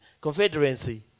confederacy